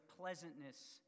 pleasantness